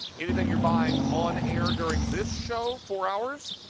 anything you're buying on air during this show four hours,